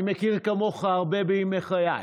אני מכיר כמוך הרבה בימי חיי.